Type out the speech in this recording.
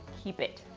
keep it.